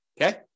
Okay